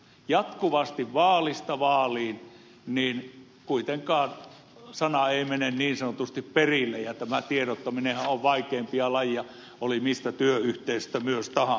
jatkuvasti vaalista vaaliin kuitenkaan sana ei mene niin sanotusti perille ja tämä tiedottaminenhan on vaikeimpia lajeja oli mistä työyhteisöstä kysymys tahansa